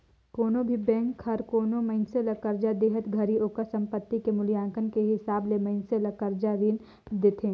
कोनो भी बेंक हर कोनो मइनसे ल करजा देहत घरी ओकर संपति के मूल्यांकन के हिसाब ले मइनसे ल करजा रीन देथे